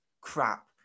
crap